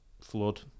flood